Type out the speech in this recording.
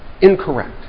incorrect